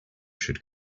should